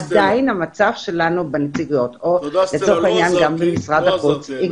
עדיין המצב שלנו בנציגויות או לצורך העניין גם במשרד החוץ,